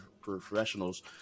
professionals